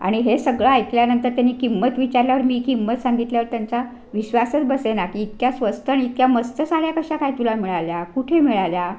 आणि हे सगळं ऐकल्यानंतर त्यांनी किंमत विचारल्यावर मी किंमत सांगितल्यावर त्यांचा विश्वासच बसेना की इतक्या स्वस्त आणि इतक्या मस्त साऱ्या कशा काय तुला मिळाल्या कुठे मिळाल्या